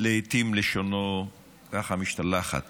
שלעיתים לשונו, ככה, משתלחת